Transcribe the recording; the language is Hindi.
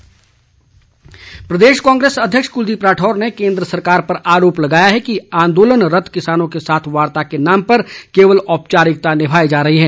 कुलदीप राठौर प्रदेश कांग्रेस अध्यक्ष क्लदीप राठौर ने केंद्र सरकार पर आरोप लगाया है कि आंदोलनरत किसानों के साथ वार्ता के नाम पर केवल औपचारिकता निभाई जा रही है